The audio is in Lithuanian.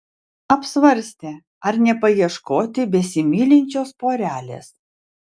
apsvarstė ar nepaieškoti besimylinčios porelės